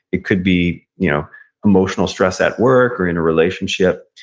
it could be you know emotional stress at work, or in a relationship.